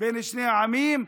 בין שני העמים,